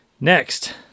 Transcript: Next